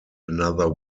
another